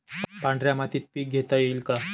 पांढऱ्या मातीत पीक घेता येईल का?